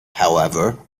however